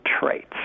traits